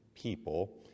people